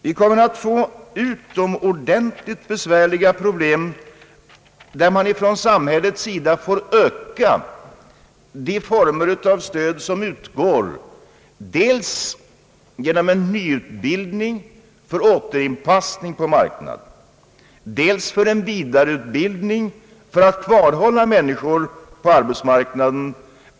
Vi kommer att få utomordentligt besvärliga problem, där samhället får öka de former av stöd som utgår, dels för en nyutbildning för återinpassning på marknaden, dels för en vidareutbildning för att kvarhålla människor på arbetsmarknaden.